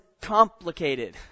complicated